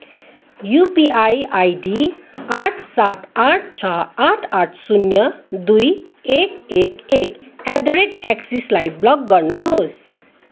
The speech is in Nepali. युपिआई आइडी आठ सात आठ छ आठ आठ शून्य दुई एक एक एक एट द रेट एक्सिसलाई ब्लक गर्नुहोस्